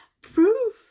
proof